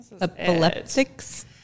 epileptics